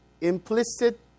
implicit